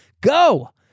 go